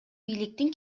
бийликтин